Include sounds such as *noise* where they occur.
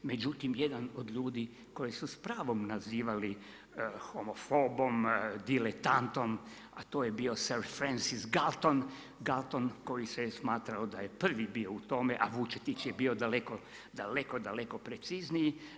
Međutim jedan od ljudi koje su s pravom nazivali homofobom, diletantom a to je bio … *unintelligible* Galton koji se je smatrao da je prvi bio u tome a Vučetić je bio daleko, daleko, daleko precizniji.